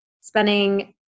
spending